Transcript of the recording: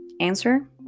Answer